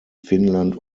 finnland